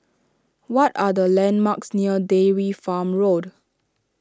what are the landmarks near Dairy Farm Road